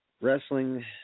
wrestling